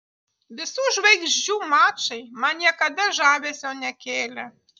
visų žvaigždžių mačai man niekada žavesio nekėlė